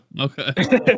Okay